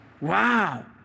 Wow